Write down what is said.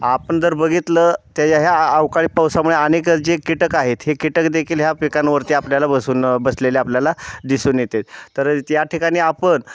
आपण जर बघितलं त्या ह्या अवकाळी पावसामुळे आणि जे कीटक आहेत हे कीटकदेखील ह्या पिकांवरती आपल्याला बसून बसलेल्या आपल्याला दिसून येते तर त्या ठिकाणी आपण